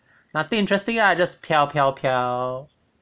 nothing interesting lah just 飘飘飘